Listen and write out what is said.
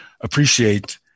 appreciate